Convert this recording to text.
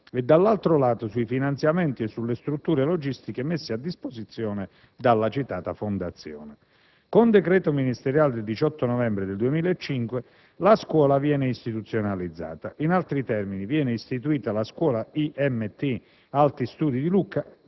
e, dall'altro, sui finanziamenti e sulle strutture logistiche messi a disposizione dalla citata Fondazione. Con decreto ministeriale del 18 novembre 2005 la Scuola IMT viene istituzionalizzata. In altri termini, viene istituita la scuola IMT Alti studi di Lucca